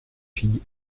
fille